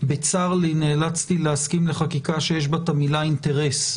בצר לי נאלצתי להסכים לחקיקה שיש בה את המילה אינטרס.